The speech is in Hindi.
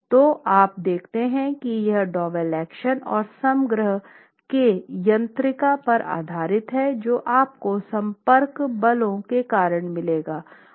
तो आप देखते हैं कि यह डोवेल एक्शन और समग्र के यांत्रिकी पर आधारित है जो आपको संपर्क बलों के कारण मिलेगा